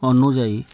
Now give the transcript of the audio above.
ଅନୁଯାୟୀ